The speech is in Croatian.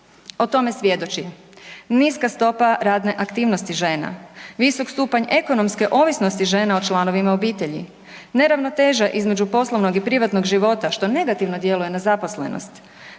O tome svjedoči niska stopa radne aktivnosti žena, visok stupanj ekonomske ovisnosti žena o članovima obitelji, neravnoteža između poslovnog i privatnog života, što negativno djeluje na zaposlenost,